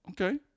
Okay